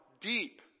deep